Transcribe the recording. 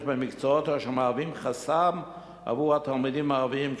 במקצועות אשר מהווים חסם עבור התלמידים הערבים,